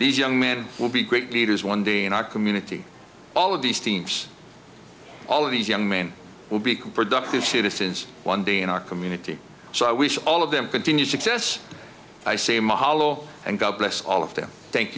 these young men will be great leaders one day in our community all of these teams all of these young men will be productive citizens one day in our community so i wish all of them continued success i say mahalo and god bless all of them thank